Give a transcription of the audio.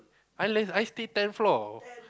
unless I stay ten floor